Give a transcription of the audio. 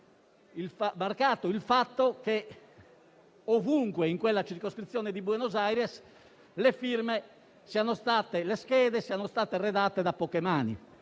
il fatto che ovunque, in quella circoscrizione di Buenos Aires, le schede siano state redatte da poche mani.